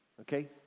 okay